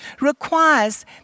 requires